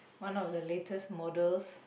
one of the latest models